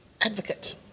advocate